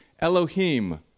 Elohim